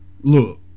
Look